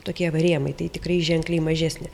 tokie va rėmai tai tikrai ženkliai mažesni